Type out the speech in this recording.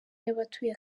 y’abatuye